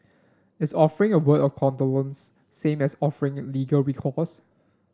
is offering a word of condolence same as offering at legal recourse